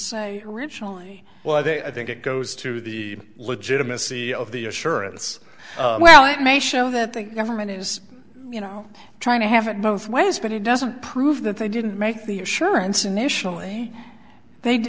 say originally well i think it goes to the legitimacy of the assurance well it may show that the government is you know trying to have it both ways but it doesn't prove that they didn't make the assurance initially they